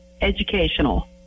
educational